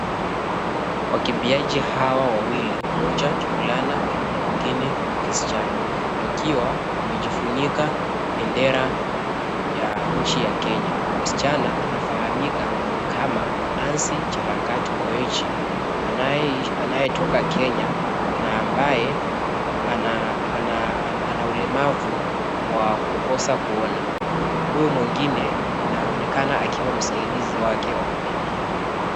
Wakimbiaji hawa wawili, mmoja wa kivulana 𝑛𝑎 mwingine wa kisichana wakiwa wamejifunika bendera ya nchi ya Kenya . Msichana anafahamika kama Nancy Chelagat Koech anaetoka Kenya na ambae ana ulemavu wa kukosa kuona. Huyu mwingine inaonekana akiwa msaidizi wake wa kukimbia.